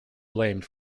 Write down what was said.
blamed